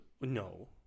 No